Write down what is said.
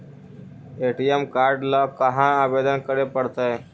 ATM card ल कहा आवेदन करे पड़तै?